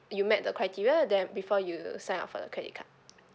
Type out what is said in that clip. you met the criteria then before you sign up for the credit card